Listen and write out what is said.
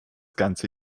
ganze